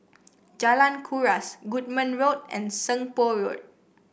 Jalan Kuras Goodman Road and Seng Poh Road